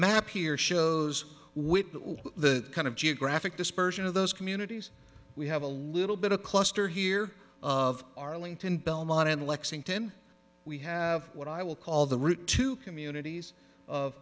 map here shows with the kind of geographic dispersion of those communities we have a little bit of a cluster here of arlington belmont and lexington we have what i will call the root two communities of